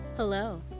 Hello